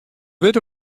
witte